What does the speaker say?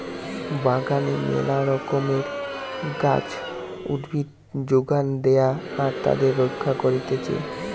বাগানে মেলা রকমের গাছ, উদ্ভিদ যোগান দেয়া আর তাদের রক্ষা করতিছে